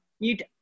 eat